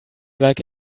like